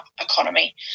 economy